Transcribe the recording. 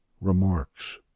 Remarks